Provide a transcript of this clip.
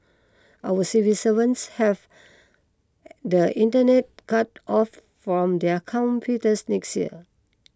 our civil servants have the Internet cut off from their computers next year